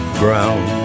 ground